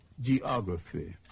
geography